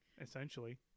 Essentially